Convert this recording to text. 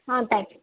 ah thank you